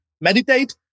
meditate